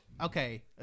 Okay